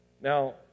Now